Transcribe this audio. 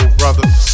brothers